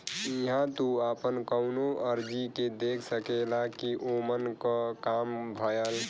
इहां तू आपन कउनो अर्जी के देख सकेला कि ओमन क काम भयल